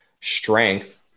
strength